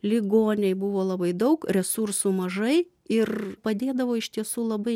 ligoniai buvo labai daug resursų mažai ir padėdavo iš tiesų labai